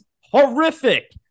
horrific